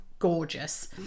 gorgeous